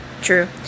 true